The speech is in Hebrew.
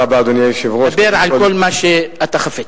אדוני, דבר על כל מה שאתה חפץ.